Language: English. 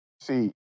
See